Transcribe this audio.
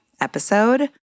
episode